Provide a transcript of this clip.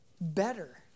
Better